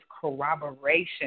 corroboration